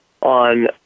on